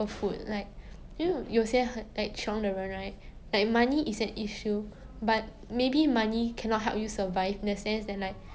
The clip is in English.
even if you have money if you cannot if you don't have supply of freshwater you cannot buy also so I think it's like